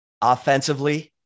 offensively